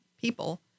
people